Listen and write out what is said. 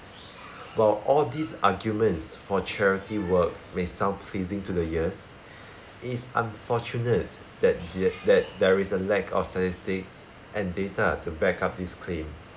while all these arguments for charity work may sound pleasing to the ears it is unfortunate that th~ that there is a lack of statistics and data to back up this claim